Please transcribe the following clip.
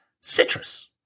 citrus